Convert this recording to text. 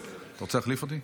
אתה רוצה להחליף אותי?